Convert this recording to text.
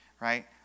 right